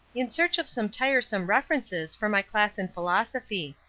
in search of some tiresome references for my class in philosophy.